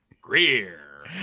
Greer